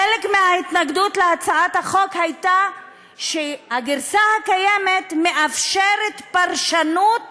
חלק מההתנגדות להצעת החוק הייתה שהגרסה הקיימת מאפשרת פרשנות